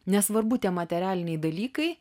nesvarbu tie materialiniai dalykai